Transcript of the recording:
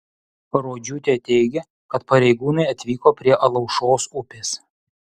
rodžiūtė teigia kad pareigūnai atvyko prie alaušos upės